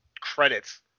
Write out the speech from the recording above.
credits